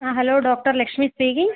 ആ hello doctor Lakshmi speaking